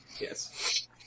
Yes